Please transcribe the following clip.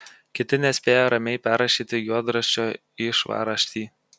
kiti nespėja ramiai perrašyti juodraščio į švarraštį